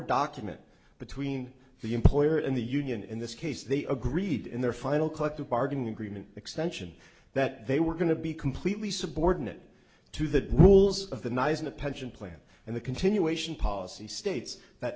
document between the employer and the union in this case they agreed in their final collective bargaining agreement extension that they were going to be completely subordinate to the rules of the nice in a pension plan and the continuation policy states that